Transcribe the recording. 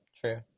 true